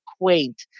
quaint